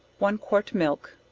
one quart milk,